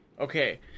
Okay